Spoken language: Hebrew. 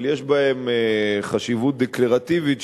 אבל יש בהם חשיבות דקלרטיבית,